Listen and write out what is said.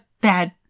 bad